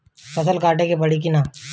फसल काटे के परी कि न?